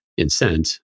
incent